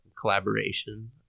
collaboration